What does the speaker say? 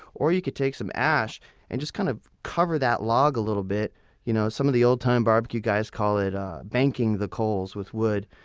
or you could take some ash and kind of cover that log a little bit you know some of the old-time barbecue guys call it banking the coals with wood.